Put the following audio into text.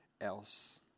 else